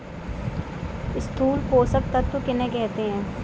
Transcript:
स्थूल पोषक तत्व किन्हें कहते हैं?